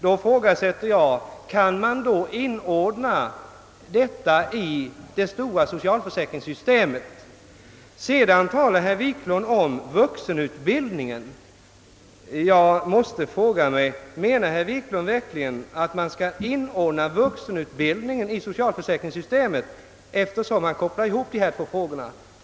Då ifrågasätter jag om man kan inordna ett föreslaget sabbatsår i det stora socialför säkringssystemet. Herr Wiklund talar sedan om vuxenutbildningen. Menar herr Wiklund verkligen att man skall inordna vuxenutbildningen i socialförsäkringssyste met, eftersom han kopplar ihop dessa två frågor?